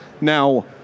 Now